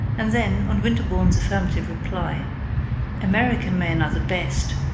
and then, on winterbourne's affirmative reply american men are the best,